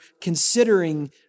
considering